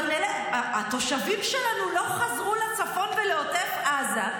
התושבים שלנו לא חזרו לצפון ולעוטף עזה,